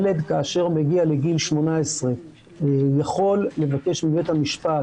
ילד, כאשר מגיע לגיל 18 יכול לבקש מבית המשפט